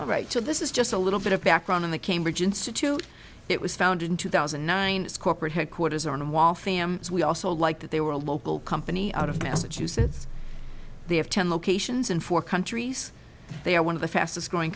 all right so this is just a little bit of background on the cambridge institute it was founded in two thousand and nine it's corporate headquarters on wall fam we also like that they were a local company out of massachusetts they have ten locations in four countries they are one of the fastest growing